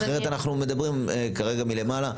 אחרת אנחנו מדברים כרגע מלמעלה.